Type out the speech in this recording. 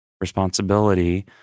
responsibility